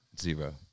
Zero